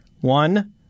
One